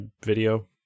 video